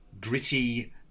gritty